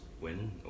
win